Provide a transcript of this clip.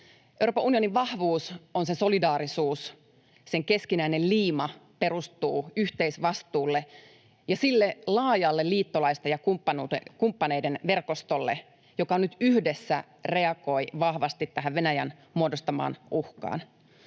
Euroopan unionin vahvuus on sen solidaarisuus. Sen keskinäinen liima perustuu yhteisvastuulle ja sille laajalle liittolaisten ja kumppaneiden verkostolle, joka nyt yhdessä reagoi vahvasti tähän Venäjän muodostamaan uhkaan.